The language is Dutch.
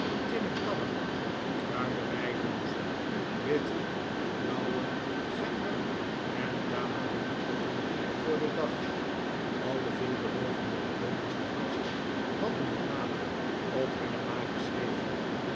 tinnen kannen kruiderydoozen witte en blauwe gember en tamarindepotten voor den dag al de veelbelovende bewoners dier kast hadien hun naam op hunne maag geschreven